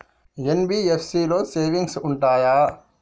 NBFC లో savings ఉంటయా?